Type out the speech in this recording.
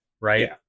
Right